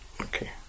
Okay